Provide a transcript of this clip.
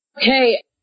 okay